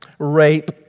Rape